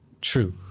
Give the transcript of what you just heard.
True